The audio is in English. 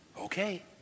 Okay